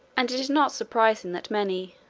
and it is not surprising that many,